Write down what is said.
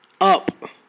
Up